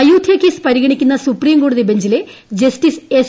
Ayodhya case പരിഗണിക്കുന്ന സുപ്രീംകോടതി ബഞ്ചിലെ ജസ്റ്റിസ് എസ്